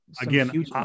again